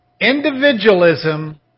Individualism